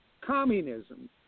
communism